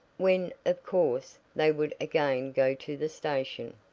when, of course, they would again go to the station.